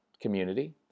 community